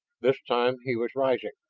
this time he was rising!